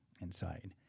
inside